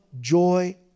joy